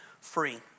free